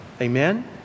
Amen